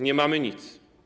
Nie mamy nic.